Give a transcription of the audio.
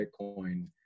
Bitcoin